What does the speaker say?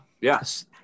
Yes